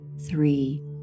three